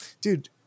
dude